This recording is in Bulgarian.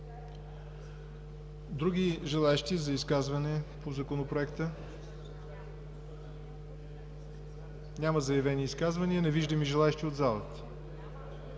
Други желаещи за изказване по Законопроекта? Няма заявени изказвания, не виждам и желаещи от залата.